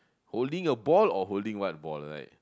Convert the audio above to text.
holding a ball or holding what ball like